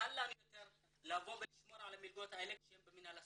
קל לנו יותר לבוא ולשמור על המלגות האלה כשהן במינהל הסטודנטים,